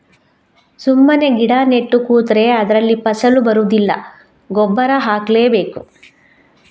ಸುಮ್ಮನೆ ಗಿಡ ನೆಟ್ಟು ಕೂತ್ರೆ ಅದ್ರಲ್ಲಿ ಫಸಲು ಬರುದಿಲ್ಲ ಗೊಬ್ಬರ ಹಾಕ್ಲೇ ಬೇಕು